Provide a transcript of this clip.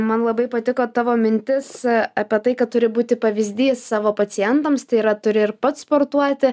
man labai patiko tavo mintis apie tai kad turi būti pavyzdys savo pacientams tai yra turi ir pats sportuoti